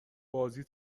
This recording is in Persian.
بازی